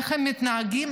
איך מתנהגים,